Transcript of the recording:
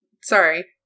sorry